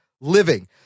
living